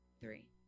three